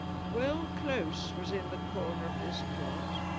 well close was in the corner of this plot.